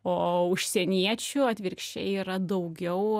o užsieniečių atvirkščiai yra daugiau